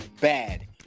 bad